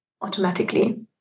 automatically